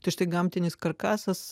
tai štai gamtinis karkasas